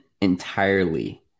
entirely